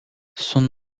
son